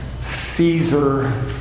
Caesar